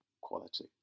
quality